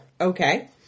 Okay